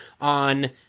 on